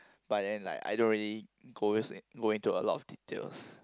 but then like I don't really converts in go into a lot of details